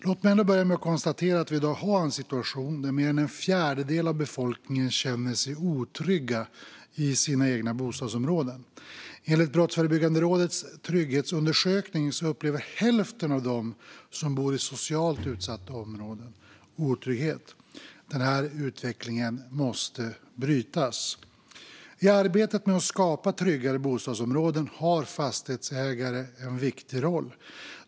Låt mig börja med att konstatera att vi i dag har en situation där mer än en fjärdedel av befolkningen känner sig otrygg i sina egna bostadsområden. Enligt Brottsförebyggande rådets trygghetsundersökning upplever hälften av dem som bor i socialt utsatta områden otrygghet. Den här utvecklingen måste brytas. I arbetet med att skapa tryggare bostadsområden har fastighetsägarna en viktig roll.